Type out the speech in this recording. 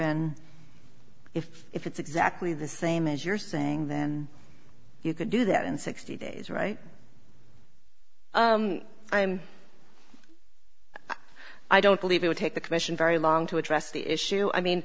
in if if it's exactly the same as you're saying then you could do that in sixty days right i'm i don't believe you would take the question very long to address the issue i mean